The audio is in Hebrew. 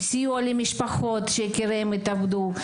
סיוע למשפחות שיקיריהן התאבדו,